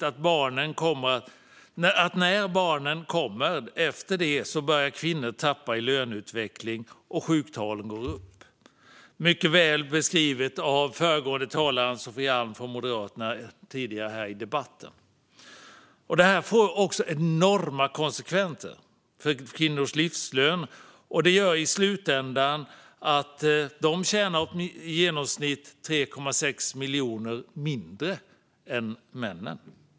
Efter att barnen kommer börjar kvinnor tappa i löneutveckling medan sjuktalen går upp, vilket statistiken tydligt visar. Detta beskrevs mycket väl av en tidigare talare i debatten, Ann-Sofie Alm från Moderaterna. Det här får enorma konsekvenser för kvinnors livslön. Det gör i slutändan att de tjänar i genomsnitt 3,6 miljoner mindre än männen.